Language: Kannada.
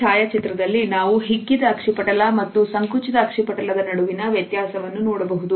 ಈ ಛಾಯಾ ಚಿತ್ರದಲ್ಲಿ ನಾವು ಹೀಗಿದೆ ಅಕ್ಷಿಪಟಲ ಮತ್ತು ಸಂಕುಚಿತ ಅಕ್ಷಿಪಟಲದ ನಡುವಿನ ವ್ಯತ್ಯಾಸವನ್ನು ನೋಡಬಹುದು